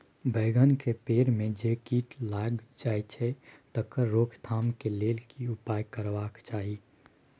बैंगन के पेड़ म जे कीट लग जाय छै तकर रोक थाम के लेल की उपाय करबा के चाही?